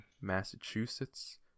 Massachusetts